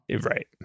Right